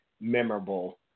memorable